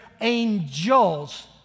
angels